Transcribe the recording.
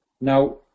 Now